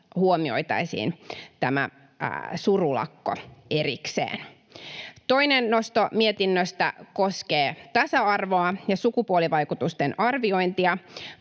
huomioitaisiin tämä surulakko erikseen. Toinen nosto mietinnöstä koskee tasa-arvoa ja sukupuolivaikutusten arviointia.